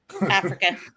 Africa